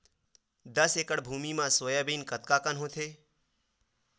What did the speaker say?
दस एकड़ भुमि म सोयाबीन कतका कन होथे?